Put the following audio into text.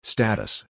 Status